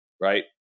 right